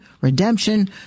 redemption